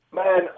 man